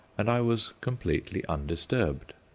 and i was completely undisturbed.